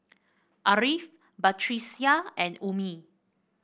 Ariff Batrisya and Ummi